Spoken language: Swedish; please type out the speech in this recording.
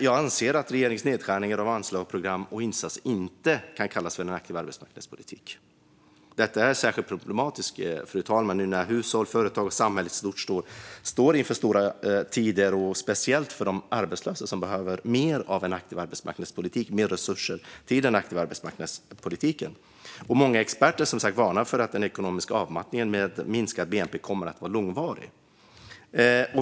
Jag anser att regeringens nedskärningar i anslag, program och insatser inte kan kallas för en aktiv arbetsmarknadspolitik. Detta är särskilt problematiskt när hushållen, företagen och samhället i stort står inför svåra tider. Speciellt problematiskt är det för de arbetslösa, som behöver en mer aktiv arbetsmarknadspolitik med mer resurser. Många experter varnar för att den ekonomiska avmattningen med minskad bnp kommer att vara långvarig.